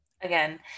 Again